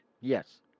Yes